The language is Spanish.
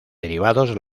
derivados